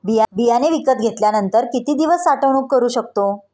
बियाणे विकत घेतल्यानंतर किती दिवस साठवणूक करू शकतो?